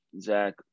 Zach